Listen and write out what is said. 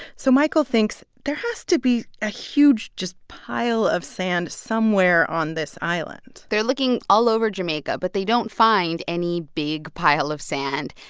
so michael thinks there has to be a huge, just, pile of sand somewhere on this island they're looking all over jamaica, but they don't find any big pile of sand.